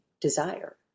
desire